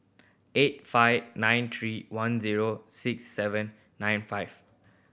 eight five nine three one zero six seven nine five